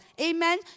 Amen